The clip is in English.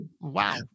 Wow